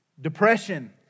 Depression